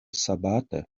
sabate